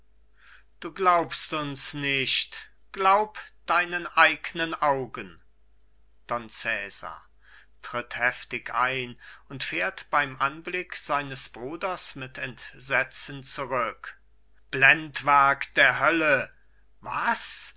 du glaubst uns nicht glaub deinen eignen augen don cesar tritt heftig ein und fährt beim anblick seines bruders mit entsetzen zurück blendwerk der hölle was